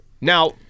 Now